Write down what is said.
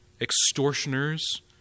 extortioners